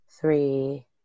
three